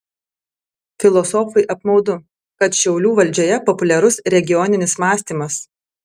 filosofui apmaudu kad šiaulių valdžioje populiarus regioninis mąstymas